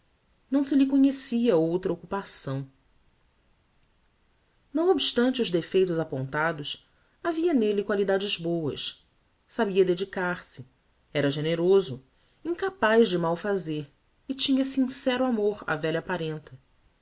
não se lhe conhecia outra occupação não obstante os defeitos apontados havia nelle qualidades boas sabia dedicar-se era generoso incapaz de malfazer e tinha sincero amor á velha parenta